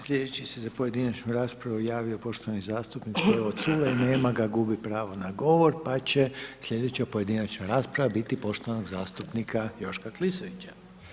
Slijedeći se za pojedinačnu raspravu javio poštovani zastupnik Stevo Culej, nema ga, gubi pravo na govor, pa će slijedeća pojedinačna rasprava biti poštovanog zastupnika Joška Klisovića.